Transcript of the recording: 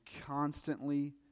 constantly